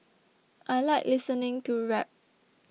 I like listening to rap